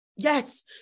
Yes